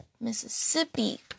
Mississippi